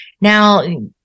Now